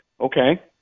Okay